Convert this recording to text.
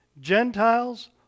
Gentiles